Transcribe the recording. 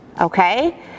okay